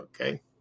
Okay